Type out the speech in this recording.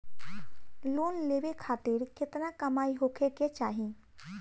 Loan लेवे खातिर केतना कमाई होखे के चाही?